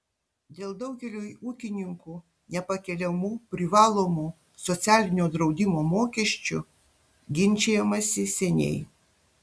dėl daugeliui ūkininkų nepakeliamų privalomų socialinio draudimo mokesčių ginčijamasi seniai